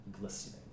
glistening